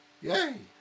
Yay